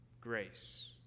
grace